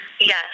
Yes